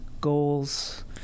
goals